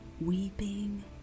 Weeping